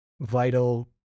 vital